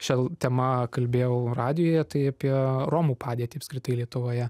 šia tema kalbėjau radijuj tai apie romų padėtį apskritai lietuvoje